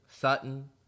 Sutton